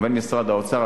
ובין משרד האוצר,